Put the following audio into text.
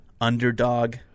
underdog